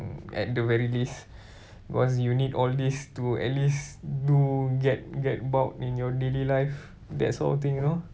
at the very least because you need all these to at least do get get about in your daily life that sort of thing you know